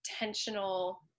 intentional